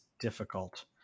difficult